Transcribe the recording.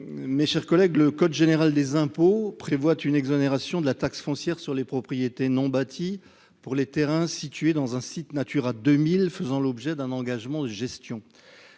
Reichardt. Le code général des impôts prévoit une exonération de la taxe foncière sur les propriétés non bâties (TFPNB) pour les terrains situés dans un site Natura 2000 faisant l'objet d'un engagement de gestion.